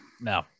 No